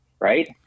Right